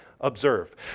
observe